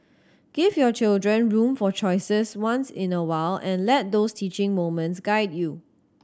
give your children room for choices once in a while and let those teaching moments guide you